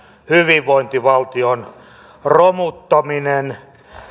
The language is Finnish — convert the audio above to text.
hyvinvointivaltion romuttaminen